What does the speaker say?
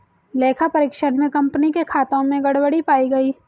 लेखा परीक्षण में कंपनी के खातों में गड़बड़ी पाई गई